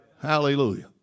Hallelujah